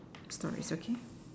stories okay